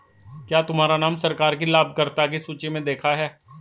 क्या तुम्हारा नाम सरकार की लाभकर्ता की सूचि में देखा है